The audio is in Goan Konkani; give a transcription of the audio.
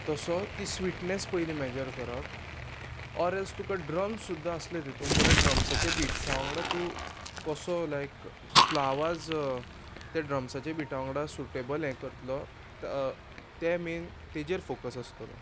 तसो ती स्वीटनेस पयली मेजर करप ऑर एल्स तुका ड्रम्स सुद्दां आसले तितून जाल्यार ड्रम्साचे बिट्सा वांगडा तूं कसो लायक आपलो आवाज त्या ड्रम्साच्या बिटा वांगडा सुटेबल हें करतलो ते मेन तेजेर फोकस आसतलो